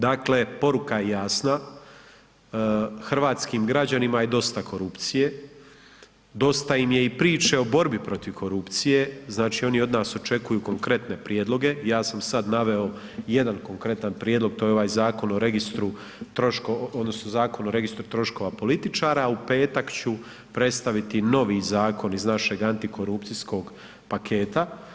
Dakle, poruka je jasna hrvatskim građanima je dosta korupcije, dosta im je i priče o borbi protiv korupcije, znači oni od nas očekuju konkretne prijedloge, ja sam sad naveo jedan konkretan prijedlog to je ovaj Zakon o registru odnosno Zakon o registru troškova političara, a u petak ću predstaviti novi zakon iz našeg antikorupcijskog pakta.